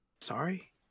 sorry